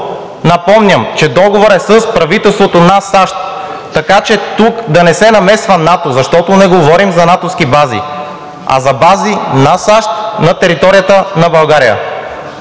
напомням, че договорът е с правителството на САЩ, така че тук да не се намесва НАТО, защото не говорим за натовски бази, а за бази на САЩ на територията на България,